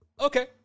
okay